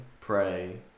pray